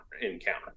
encounter